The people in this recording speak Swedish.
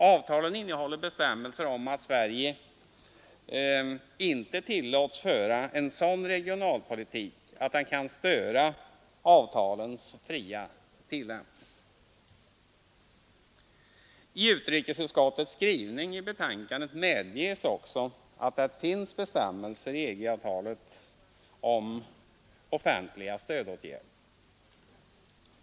Avtalet innehåller bestämmelser om att Sverige inte tillåts föra en sådan regionalpolitik att den kan störa avtalens fria tillämpning. I utrikesutskottets skrivning i betänkandet medges också att det finns bestämmelser i EG-avtalen om offentliga stödåtgärder.